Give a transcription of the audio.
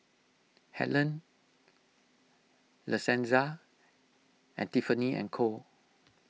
Helen La Senza and Tiffany and Co